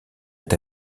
est